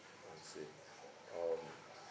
I see um